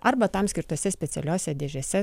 arba tam skirtose specialiose dėžėse